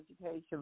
education